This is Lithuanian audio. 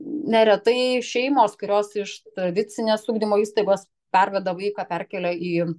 neretai šeimos kurios iš tradicinės ugdymo įstaigos perveda vaiką perkelia į